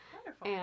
Wonderful